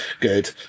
good